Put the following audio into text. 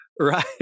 right